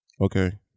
Okay